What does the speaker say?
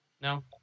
No